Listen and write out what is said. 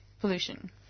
pollution